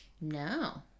No